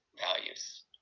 values